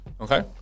okay